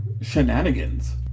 shenanigans